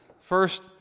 First